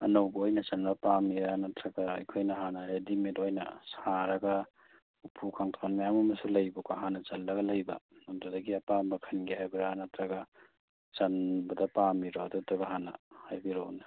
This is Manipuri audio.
ꯑꯅꯧꯕ ꯑꯣꯏꯅ ꯆꯟꯕ ꯄꯥꯝꯃꯤꯔꯥ ꯅꯠꯇ꯭ꯔꯒ ꯑꯩꯈꯣꯏꯅ ꯍꯥꯟꯅ ꯔꯦꯗꯤꯃꯦꯠ ꯑꯣꯏꯅ ꯁꯥꯔꯒ ꯎꯄꯨ ꯀꯥꯡꯊꯣꯟ ꯃꯌꯥꯝ ꯑꯃꯁꯨ ꯂꯩꯕꯀꯣ ꯍꯥꯟꯅ ꯆꯜꯂꯒ ꯂꯩꯕ ꯑꯗꯨꯗꯒꯤ ꯑꯄꯥꯝꯕ ꯈꯟꯒꯦ ꯍꯥꯏꯕ꯭ꯔꯥ ꯅꯠꯇ꯭ꯔꯒ ꯆꯟꯕꯗ ꯄꯥꯝꯃꯤꯔꯣ ꯑꯗꯨꯗꯨꯒ ꯍꯥꯟꯅ ꯍꯥꯏꯕꯤꯔꯛꯎꯅꯦ